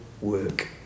work